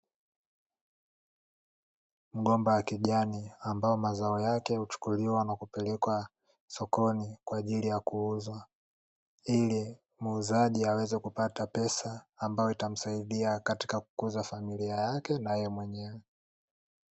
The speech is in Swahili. Mgomba wa kijani ambao mazao yake huchukuliwa na kupelekwa sokoni kwa ajili ya kuuzwa ili muuzaji aweze kupata pesa ambayo itamsaidia katika kutunza familia yake na yeye mwenyewe.